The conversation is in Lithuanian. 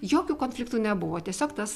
jokių konfliktų nebuvo tiesiog tas